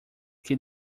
que